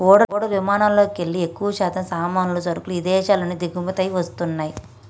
ఓడలు విమానాలల్లోకెల్లి ఎక్కువశాతం సామాన్లు, సరుకులు ఇదేశాల నుంచి దిగుమతయ్యి వస్తన్నయ్యి